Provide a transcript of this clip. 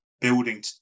building